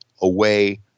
away